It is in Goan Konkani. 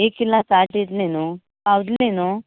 एक किल्लांक साठ येतली न्हूं पावतलीं न्हूं